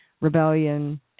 rebellion